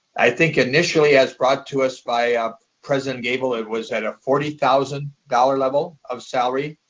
i think initially as brought to us by president gabel, it was at a forty thousand dollars level of salary.